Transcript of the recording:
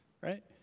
right